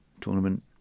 tournament